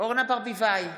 אורנה ברביבאי,